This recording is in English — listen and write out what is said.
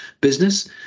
business